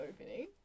opening